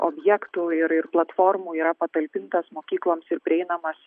objektų ir ir platformų yra patalpintas mokykloms ir prieinamas